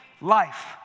life